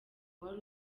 wari